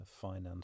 finance